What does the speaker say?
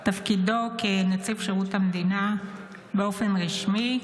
את תפקידו כנציב שירות המדינה באופן רשמי.